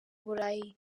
burayi